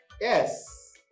Yes